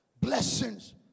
blessings